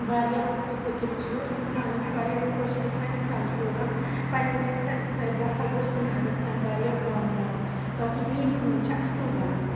واریاہ اَصٕل پٔکِتھ چھِ اِنسانَس واریاہ خۄش گَژھان اِنسان چھُ روزان پنٛنہِ جایہِ سٮ۪ٹِسفاے بہٕ ہَسا گوٚس کُنہِ حَدَس تام واریاہ کامیاب تاکہِ میٛٲنۍ کٲم چھِ اَصٕل بَنان